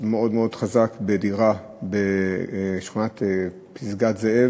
מאוד מאוד גדול בדירה בשכונת פסגת-זאב,